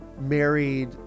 Married